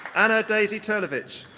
anna daisy turlewicz.